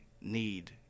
need